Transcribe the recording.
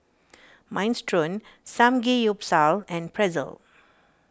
Minestrone Samgeyopsal and Pretzel